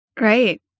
Right